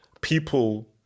people